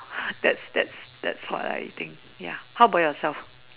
that's that's that's what I think ya how about yourself